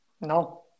No